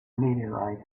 meteorite